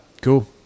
Cool